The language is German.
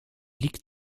liegt